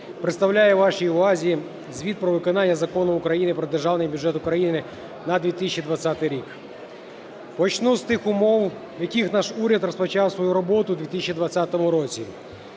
представляю вашій увазі Звіт про виконання Закону України "Про Державний бюджет України на 2020 рік". Почну з тих умов, яких наш уряд розпочав свою роботу в 2020 році.